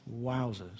Wowzers